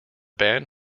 band